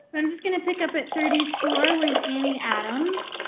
and just gonna pick up at thirty four with annie adams.